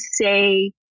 say